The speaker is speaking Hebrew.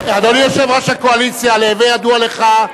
אדוני יושב-ראש הקואליציה, להווי ידוע לך,